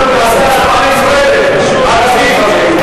אנחנו נעשה הצבעה נפרדת על הסעיף הזה.